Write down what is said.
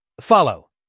Follow